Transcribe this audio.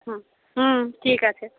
হুম হুম ঠিক আছে